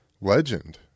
legend